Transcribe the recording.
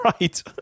Right